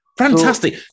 Fantastic